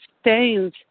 stains